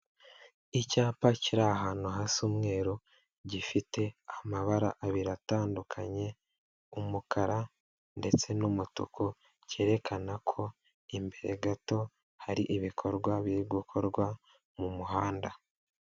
Icyapa kiri ahantu hasa umweru, gifite amabara abiri atandukanye umukara ndetse n'umutuku cyerekana ko imbere gato hari ibikorwa biri gukorwa mu muhanda.